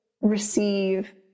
receive